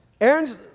Aaron's